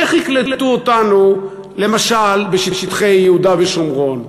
איך יקלטו אותנו למשל בשטחי יהודה ושומרון?